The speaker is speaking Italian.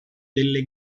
delle